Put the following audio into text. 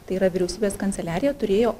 tai yra vyriausybės kanceliariją turėjo